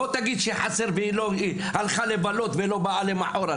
לא תגיד שחסר והיא הלכה לבלות ולא באה יום למוחרת.